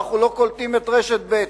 ואנחנו לא קולטים את רשת ב'.